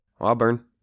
Auburn